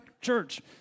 church